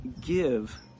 give